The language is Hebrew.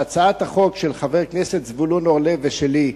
שהצעת החוק של חבר הכנסת זבולון אורלב ושלי,